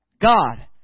God